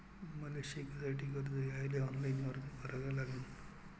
मले शिकासाठी कर्ज घ्याले ऑनलाईन अर्ज कसा भरा लागन?